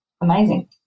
amazing